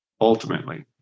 Ultimately